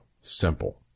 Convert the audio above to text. simple